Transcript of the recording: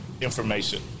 information